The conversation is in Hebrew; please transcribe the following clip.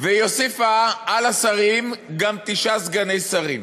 והיא הוסיפה על השרים גם תשעה סגני שרים.